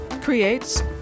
creates